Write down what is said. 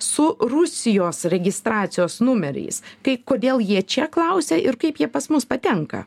su rusijos registracijos numeriais kaip kodėl jie čia klausia ir kaip jie pas mus patenka